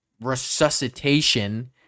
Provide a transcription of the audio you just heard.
resuscitation